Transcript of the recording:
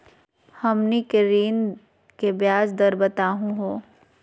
हमनी के ऋण के ब्याज दर बताहु हो?